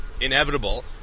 inevitable